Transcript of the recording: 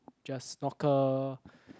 just snorkel